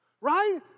Right